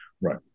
right